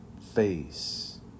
face